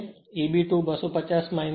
તેથી Eb 2 250 0